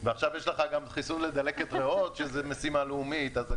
עכשיו יש גם חיסון לדלקת ראות שזו משימה לאומית.